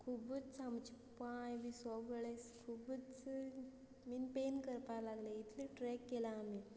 खुबूच आमची पांय बी सोगळे खुबूच बीन पेन करपाक लागले इतले ट्रॅक केला आमी